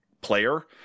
player